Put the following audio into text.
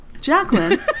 Jacqueline